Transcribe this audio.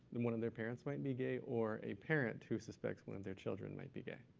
and one of their parents might be gay, or a parent who suspects one of their children might be gay?